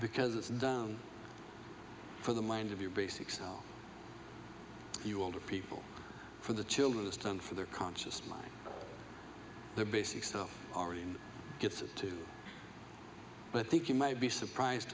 because it's done for the mind of your basics you older people for the children it's time for their conscious mind the basic stuff already gets too but i think you might be surprised